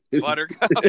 Buttercup